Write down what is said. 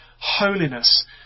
holiness